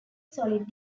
solid